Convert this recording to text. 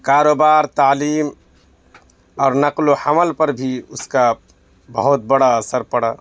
کاروبار تعلیم اور نقل و حمل پر بھی اس کا بہت بڑا اثر پڑا